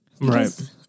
Right